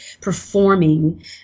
performing